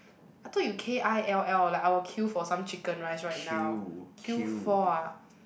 I thought you k_i_l_l like I will kill for some chicken rice right now kill for ah